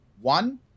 One